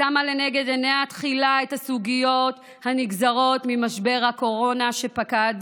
ששמה לנגד עיניה תחילה את הסוגיות הנגזרות ממשבר הקורונה שפקד